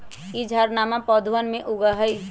ई झाड़नमा पौधवन में उगा हई